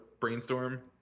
Brainstorm